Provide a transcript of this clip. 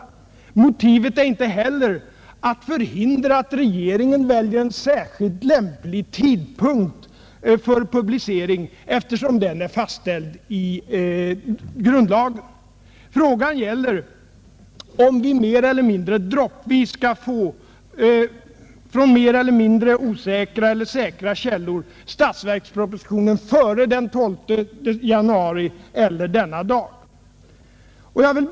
Lika litet är motivet att förhindra att regeringen väljer en särskilt lämplig tidpunkt för publicering, ty den är fastställd i grundlagen. Frågan gäller om vi så att säga droppvis från mer eller mindre säkra källor skall få kännedom om innehållet i statsverkspropositionen före den 12 januari, eller om vi skall få det den dagen.